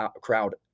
crowd